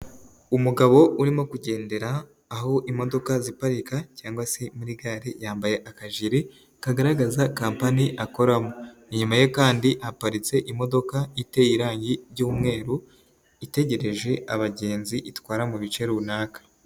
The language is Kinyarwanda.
Umugabo urimo kugendera aho imodoka ziparika cyangwa se muri gare yambaye akajiri kagaragaza kapani akoramo, inyuma ye kandi ahaparitse imodoka iteye iranyi ry'umweru itegereje abagenzi itwara mu bice runaka.